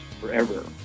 forever